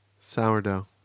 sourdough